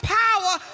power